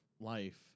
life